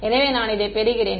எனவே நான் இதைப் பெறுகிறேன்